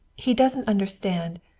he doesn't understand,